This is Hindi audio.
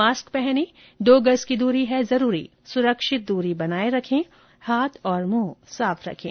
मास्क पहनें दो गज की दूरी है जरूरी सुरक्षित दूरी बनाए रखें हाथ और मुंह साफ रखें